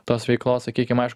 tos veiklos sakykim aišku